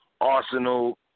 Arsenal